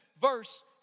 verse